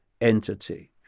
entity